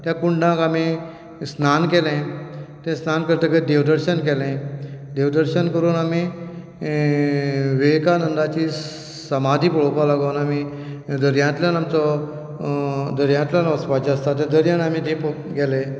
त्या कुंडांत आमी स्नान केलें तें स्नान करतकीच देवदर्शन केलें देवदर्शन करून आमी विवेकानंदाची समाधी पळोवपाक लागून आमी दर्यांतल्यान आमचो थंय दर्यांतल्यान वचपाचें आसता थंय दर्यान आमी थंय गेले